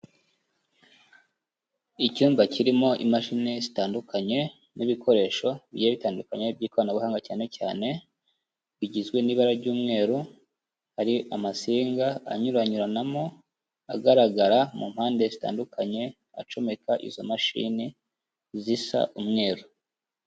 Icyumba kirimo imashini zitandukanye n'ibikoresho bigiye bitandukanye by'ikoranabuhanga cyane cyane bigizwe n'ibara ry'umweru, hari amasinga anyuranyuranamo, agaragara mu mpande zitandukanye, acomeka izo mashini zisa umweru.